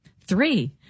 three